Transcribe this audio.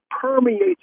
permeates